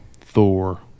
Thor